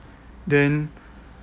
then